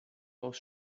aus